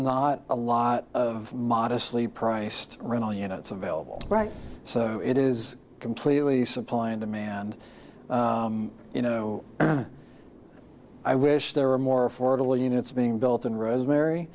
not a lot of modestly priced rental units available right so it is completely supply and demand you know i wish there were more affordable units being built and rosemary